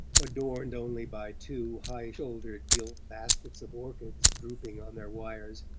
adorned only by two high-shouldered gilt baskets of orchids drooping on their wires,